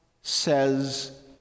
says